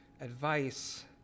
advice